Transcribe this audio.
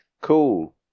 cool